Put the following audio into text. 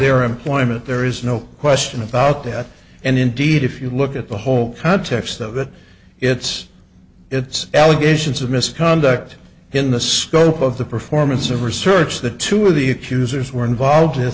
their employment there is no question about that and indeed if you look at the whole context of it it's it's allegations of misconduct in the scope of the performance of research the two of the accusers were involved